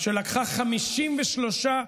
חס ושלום.